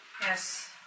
Yes